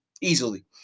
Easily